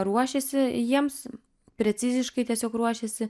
ruošiasi jiems preciziškai tiesiog ruošiasi